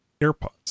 AirPods